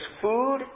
food